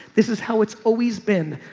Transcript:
this is how it's always been.